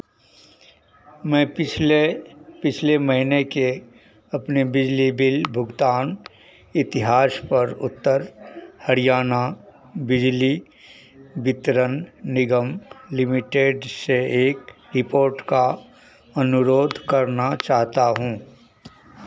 मैं पिछले पिछले महीने के अपने बिजली बिल भुगतान इतिहास पर उत्तर हरियाणा बिजली वितरण निगम लिमिटेड से एक रिपोर्ट का अनुरोध करना चाहता हूँ